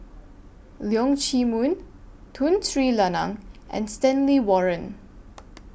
Leong Chee Mun Tun Sri Lanang and Stanley Warren